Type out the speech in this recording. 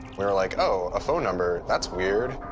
we were like, oh, a phone number, that's weird.